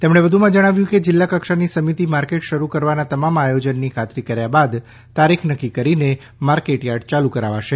તેમણે વધુમાં જણાવ્યું છે કે જિલ્લાકક્ષાની સમિતિ માર્કેટ શરૂ કરવાના તમામ આયોજનની ખાતરી કર્યા બાદ તારીખ નક્કી કરીને માર્કેટયાર્ડ યાલુ કરાવશે